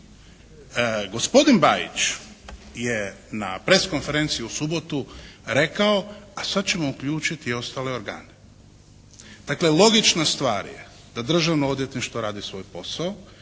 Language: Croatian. gospodin Bajić je na press konferenciji u subotu rekao, a sad ćemo uključiti ostale organe. Dakle, logična stvar je da Državno odvjetništvo radi svoj posao,